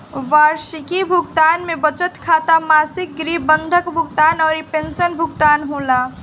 वार्षिकी भुगतान में बचत खाता, मासिक गृह बंधक भुगतान अउरी पेंशन भुगतान होला